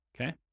okay